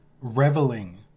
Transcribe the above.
reveling